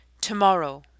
Tomorrow